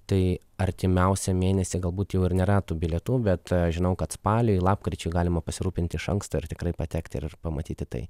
tai artimiausią mėnesį galbūt jau ir nėra tų bilietų bet žinau kad spaliui lapkričiui galima pasirūpinti iš anksto ir tikrai patekti ir pamatyti tai